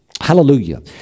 Hallelujah